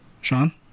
Sean